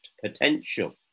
potential